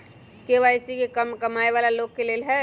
KYC का कम कमाये वाला लोग के लेल है?